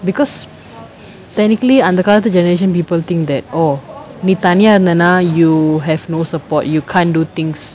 because technically அந்த காலத்து:antha kaalathu generation people think that oh நீ தனியா இருந்தனா:nee thaniyaa irunthana you have no support you can't do things